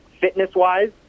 fitness-wise